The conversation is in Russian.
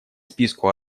списку